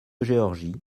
georgie